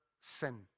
sin